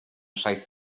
saith